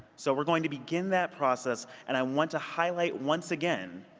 so we're going to begin that process, and i want to highlight, once again,